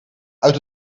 uit